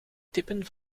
tippen